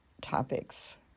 topics